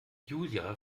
julia